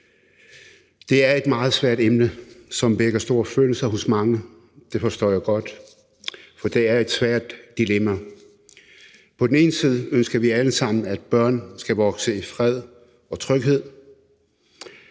Det er et meget svært emne, som vækker store følelser hos mange, og det forstår jeg godt, for det er et svært dilemma. På den ene side ønsker vi alle sammen, at børn skal vokse op i fred og tryghed,